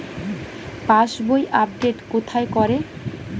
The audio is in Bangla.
পাসবই আপডেট কোথায় করে?